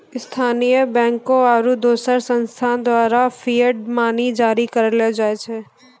स्थानीय बैंकों आरू दोसर संस्थान द्वारा फिएट मनी जारी करलो जाय छै